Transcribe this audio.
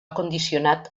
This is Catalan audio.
condicionat